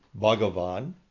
Bhagavan